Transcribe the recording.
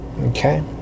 Okay